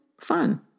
fun